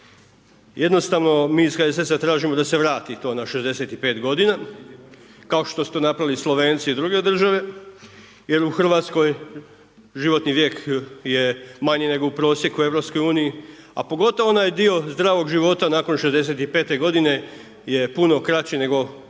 Jednostavno mi iz HSS-a tražimo da se vrati to na 65 godina kao što su to napravili Slovenci i druge države jer u Hrvatskoj životni vijek je manji nego u prosjeku u EU, a pogotovo onaj dio zdravog života nakon 65 godine je puno kraći nego prosjek